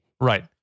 Right